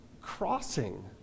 crossing